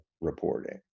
reporting